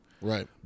Right